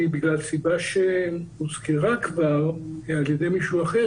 בגלל סיבה שהוזכרה כבר על ידי מישהו אחר,